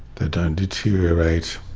they don't deteriorate.